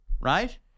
Right